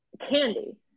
candy